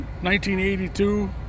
1982